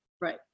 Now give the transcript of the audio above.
Right